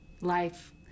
life